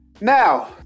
now